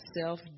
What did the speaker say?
self